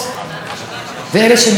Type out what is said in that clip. אבל הן מרגישות מוגנות.